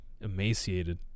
emaciated